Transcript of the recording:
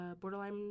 borderline